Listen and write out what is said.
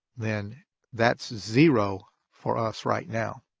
then that's zero for us right now.